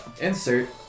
insert